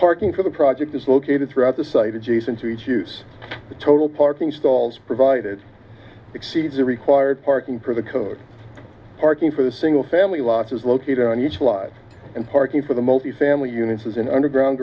parking for the project is located throughout the site adjacent to choose the total parking stalls provided exceeds the required parking for the code parking for the single family losses located on each live and parking for the multifamily units is an underground